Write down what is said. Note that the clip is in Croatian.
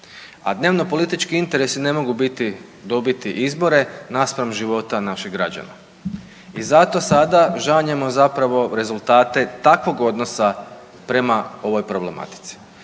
a dnevno politički interesi ne mogu dobiti izbore naspram života naših građana. I zato sada žanjemo zapravo rezultate takvog odnosa prema ovoj problematici.